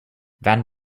van